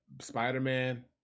Spider-Man